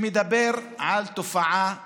שמדבר על תופעה מבישה,